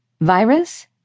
Virus